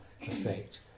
effect